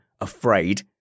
afraid